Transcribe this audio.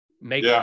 make